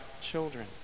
children